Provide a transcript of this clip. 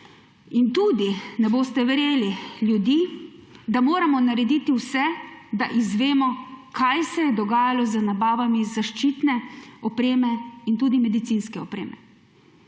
in tudi, ne boste verjeli, ljudi, da moramo narediti vse, da izvemo, kaj se je dogajalo z nabavami zaščitne in tudi medicinske opreme.